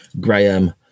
Graham